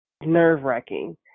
nerve-wracking